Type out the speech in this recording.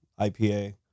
IPA